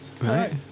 right